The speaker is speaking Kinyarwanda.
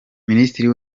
minisitiri